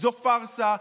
זו פארסה.